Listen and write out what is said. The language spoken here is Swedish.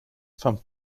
fram